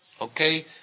Okay